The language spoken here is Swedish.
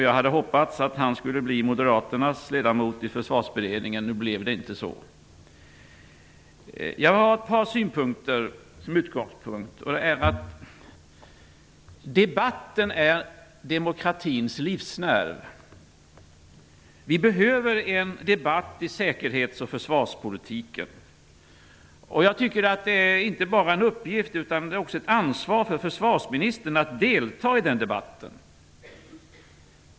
Jag hade hoppats att han skulle bli Moderaternas ledamot i Försvarsberedningen. Nu blev det inte så. Jag vill tala med utgångspunkt från ett par synpunkter. Debatten är demokratins livsnerv. Vi behöver en debatt i säkerhets och försvarspolitiken. Jag tycker att det inte bara är en uppgift utan också ett ansvar för försvarsministern att delta i den debatten.